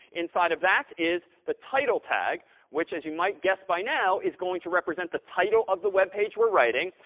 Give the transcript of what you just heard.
inside of that is the title tag which as you might guess by now is going to represent the title of the web page we're writing.